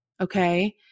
Okay